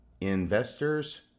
Investors